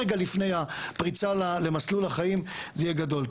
רגע לפני הפריצה למסלול החיים זה יהיה גדול.